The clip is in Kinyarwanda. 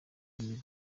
imibu